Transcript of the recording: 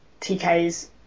TKs